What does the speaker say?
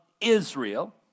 Israel